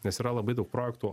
nes yra labai daug projektų